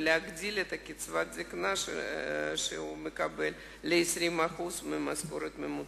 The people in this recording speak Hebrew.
להגדיל את קצבת הזיקנה שהם מקבלים ל-20% ממשכורת ממוצעת.